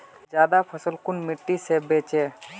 ज्यादा फसल कुन मिट्टी से बेचे?